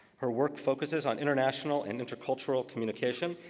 her work focuses on international and intercultural communication,